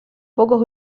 pocos